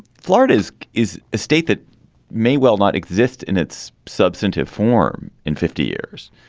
florida is is a state that may well not exist in its substantive form in fifty years.